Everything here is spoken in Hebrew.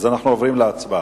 אנחנו עוברים להצבעה.